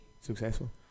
successful